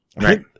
right